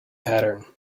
pattern